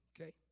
Okay